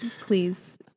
please